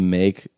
make